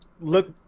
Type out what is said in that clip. look